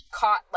caught